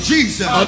Jesus